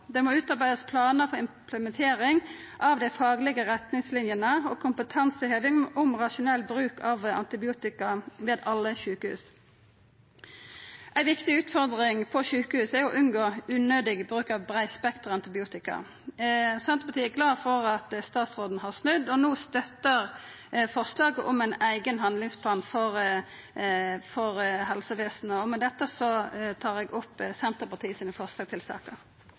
Det må utarbeidast planar for implementering av faglege retningslinjer og kompetanseheving om rasjonell bruk av antibiotika ved alle sjukehus. Ei viktig utfordring for sjukehusa er å unngå unødig bruk av breispektra antibiotika. Senterpartiet er glad for at statsråden har snudd og no støttar forslaget om ein eigen handlingsplan for helsevesenet.